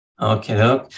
Okay